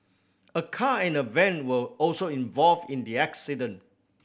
a car and a van were also involved in the accident